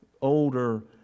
older